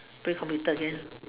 play computer again